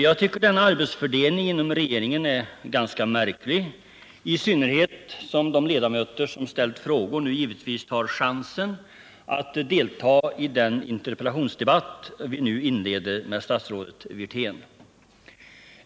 Jag tycker denna arbetsfördelning inom regeringen är ganska märklig, i synnerhet som de ledamöter som ställt frågor nu givetvis tar chansen att också delta i den interpellationsdebatt som jag nu inleder med statsrådet Wirtén.